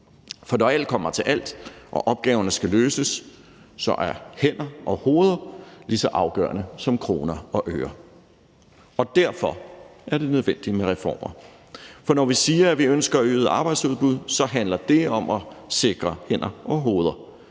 For når alt kommer til alt og opgaverne skal løses, er hænder og hoveder lige så afgørende som kroner og øre. Derfor er det nødvendigt med reformer. Når vi siger, at vi ønsker et øget arbejdsudbud, handler det om at sikre hænder og hoveder.